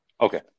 okay